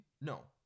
no